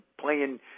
playing –